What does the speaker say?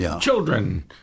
Children